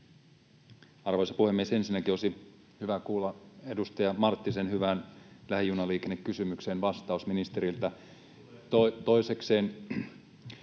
Arvoisa puhemies! Ensinnäkin olisi hyvä kuulla edustaja Marttisen hyvään lähijunaliikennekysymykseen vastaus ministeriltä. Toisekseen